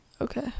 Okay